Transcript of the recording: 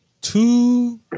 two